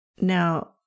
Now